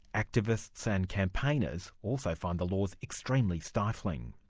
activists and campaigners also find the laws extremely stifling.